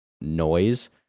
noise